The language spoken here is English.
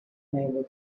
unable